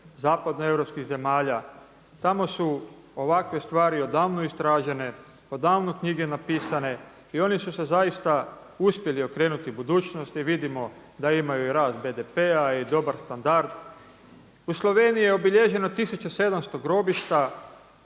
zapadnoeuropskih zemalja. Tamo su ovakve stvari odavno istražene, odavno knjige napisane i oni su se zaista uspjeli okrenuti budućnosti i vidimo da imaju i rad BDP-a i dobar standard. U Sloveniji je obilježeno 1700 grobišta,